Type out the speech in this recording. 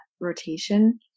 rotation